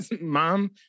Mom